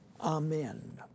amen